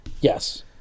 Yes